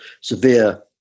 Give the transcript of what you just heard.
severe